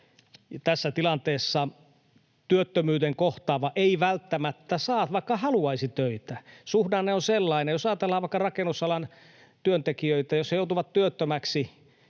tässä tilanteessa. Työttömyyden kohtaava ei välttämättä saa, vaikka haluaisi, töitä. Suhdanne on sellainen. Jos ajatellaan vaikka rakennusalan työntekijöitä, niin jos he joutuvat työttömiksi,